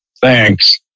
Thanks